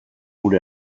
gure